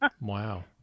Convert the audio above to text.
Wow